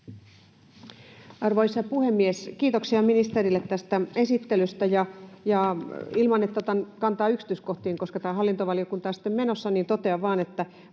Arvoisa puhemies! Kiitoksia ministerille tästä esittelystä. Ilman, että otan kantaa yksityiskohtiin, koska tämä on hallintovaliokuntaan sitten menossa, totean vain, että